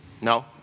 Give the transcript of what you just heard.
No